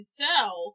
sell